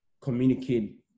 communicate